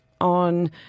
on